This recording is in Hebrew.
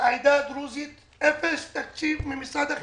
לעדה הדרוזית אפס תקציב ממשרד החינוך.